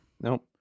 Nope